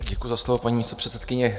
Děkuji za slovo, paní místopředsedkyně.